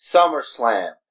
SummerSlam